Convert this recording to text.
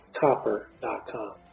copper.com